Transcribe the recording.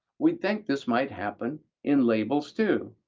we think this might happen in labels too,